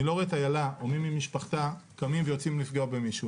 אני לא רואה את איילה או מי ממשפחתה קמים ויוצאים לפגוע במישהו.